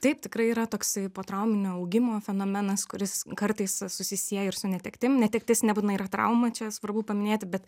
taip tikrai yra toksai potrauminio augimo fenomenas kuris kartais susisieja ir su netektim netektis nebūtinai yra trauma čia svarbu paminėti bet